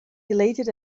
dilated